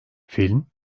film